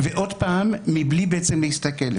מבלי להסתכל?